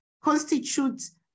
constitutes